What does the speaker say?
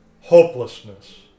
hopelessness